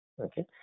Okay